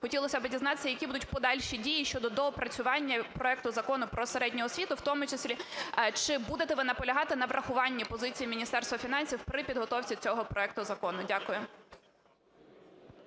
Хотілося би дізнатися, які будуть подальші дії щодо доопрацювання проекту Закону про середню освіту, в тому числі чи будете ви наполягати на врахуванні позиції Міністерства фінансів при підготовці цього проекту закону? Дякую.